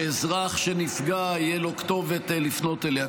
שאזרח שנפגע תהיה לו כתובת לפנות אליה.